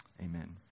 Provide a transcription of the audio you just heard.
amen